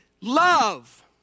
love